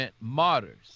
martyrs